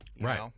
Right